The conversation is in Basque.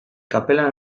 kapela